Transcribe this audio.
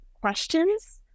questions